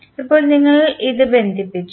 ഇപ്പോൾ നിങ്ങൾ ഇത് ബന്ധിപ്പിച്ചു